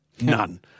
None